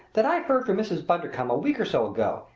that i heard from mrs. bundercombe a week or so ago,